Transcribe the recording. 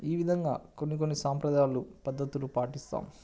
ఈ విధంగా కొన్ని కొన్ని సాంప్రదాయాలు పద్ధతులు పాటిస్తాం